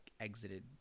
exited